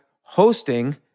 hosting